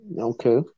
Okay